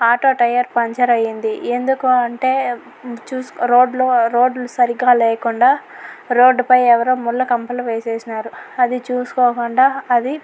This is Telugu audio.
ఆటో టైర్ పంచరయింది ఎందుకు అంటే చుసు రోడ్లు రోడ్లు సరిగ్గా లేకుండా రోడ్డు పై ఎవరో ముళ్ళకంపలు వేసేస్నారు అది చూసుకోకుండా అది